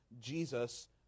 Jesus